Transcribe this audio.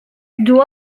dual